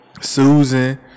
Susan